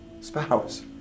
spouse